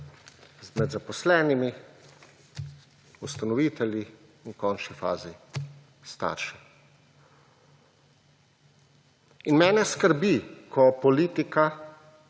med zaposlenimi, ustanovitelji in v končni fazi, starši. In mene skrbi, ko politika,